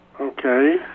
Okay